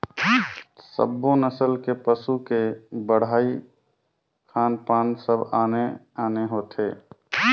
सब्बो नसल के पसू के बड़हई, खान पान सब आने आने होथे